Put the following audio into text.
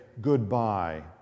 goodbye